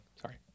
Sorry